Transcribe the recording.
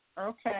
Okay